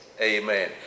amen